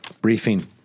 briefing